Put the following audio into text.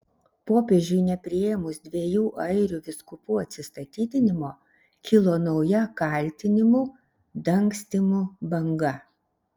popiežiui nepriėmus dviejų airių vyskupų atsistatydinimo kilo nauja kaltinimų dangstymu banga